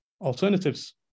alternatives